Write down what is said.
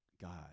God